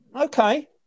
Okay